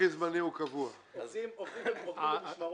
כפי שאמרתי,